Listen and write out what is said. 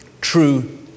True